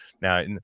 now